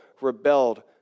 rebelled